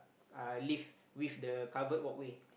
uh lift with the covered walkway